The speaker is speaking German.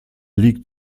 liegt